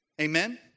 Amen